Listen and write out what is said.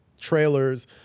trailers